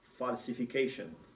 Falsification